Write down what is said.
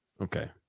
Okay